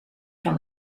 van